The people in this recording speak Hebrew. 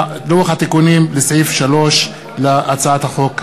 לוח התיקונים לסעיף 3 להצעת החוק האמורה.